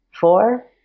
four